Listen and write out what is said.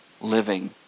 living